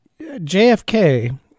JFK